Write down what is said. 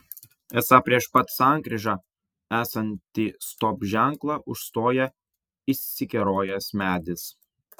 esą prieš pat sankryžą esantį stop ženklą užstoja įsikerojęs medis